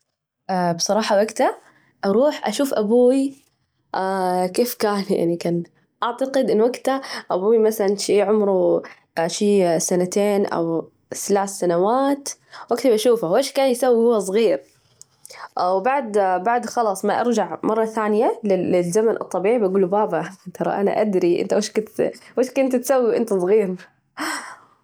بصراحة، وجتها أروح أشوف أبوي كيف كان؟ يعني كان أعتقد أنه وجتها أبوي مثلا شي عمره شي سنتين أو ثلاث سنوات وقتها بشوفه وش كان يسوي وهو صغير، أو بعدبعد خلاص ما أرجع مرة ثانية للزمن الطبيعي، بجول له بابا، ترى أنا أدري إنت وش كنت وش كنت تسوي وانت صغير.